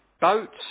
boats